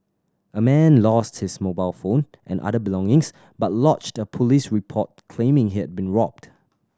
a man lost his mobile phone and other belongings but lodged a police report claiming he'd been robbed